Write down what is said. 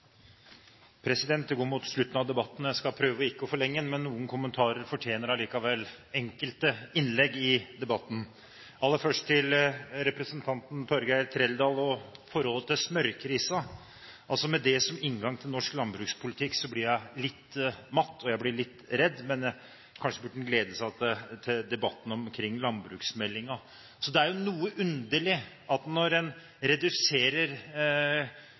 Det går mot slutten av debatten, og jeg skal prøve ikke å forlenge den, men noen kommentarer fortjener allikevel enkelte innlegg i debatten. Aller først til representanten Torgeir Trældal og forholdet til smørkrisen: Med det som inngang til norsk landbrukspolitikk blir jeg litt matt, og jeg blir litt redd, men kanskje burde en glede seg til debatten om landbruksmeldingen. Det er jo noe underlig, for når en reduserer